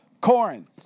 Corinth